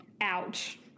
Ouch